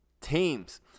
teams